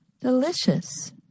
Delicious